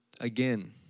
Again